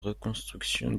reconstruction